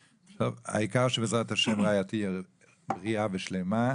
העיקר שבעזרת השם רעיה תהיה בריאה ושלמה,